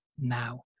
now